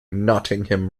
nottingham